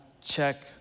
check